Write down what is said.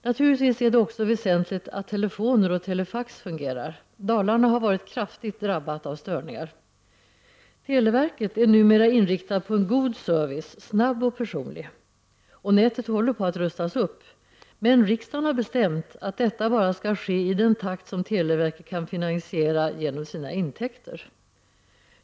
Naturligtvis är det också väsentligt att telefoner och telefax fungerar. Dalarna har varit kraftigt drabbat av störningar. Televerket är numera inriktat på en god service, som är snabb och personlig. Nätet håller på att rustas upp, men riksdagen har bestämt att detta bara skall ske i den takt som televerket kan finansiera det genom sina intäkter.